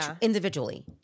individually